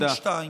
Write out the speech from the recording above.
תודה.